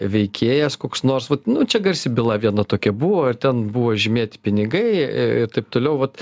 veikėjas koks nors vat nu čia garsi byla viena tokia buvo ten buvo žymėti pinigai i ir taip toliau vat